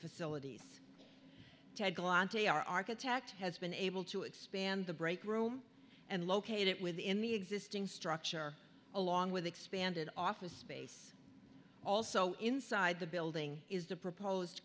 facilities architect has been able to expand the break room and located it within the existing structure along with expanded office space also inside the building is the proposed